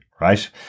right